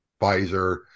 Pfizer